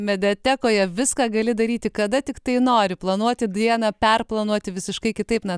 mediatekoje viską gali daryti kada tiktai nori planuoti dieną perplanuoti visiškai kitaip na